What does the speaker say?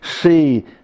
see